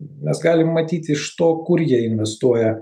mes galim matyti iš to kur jie investuoja